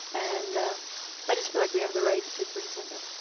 and i just feel like we have the right superintendent.